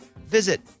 visit